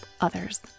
others